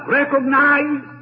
recognize